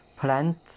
plant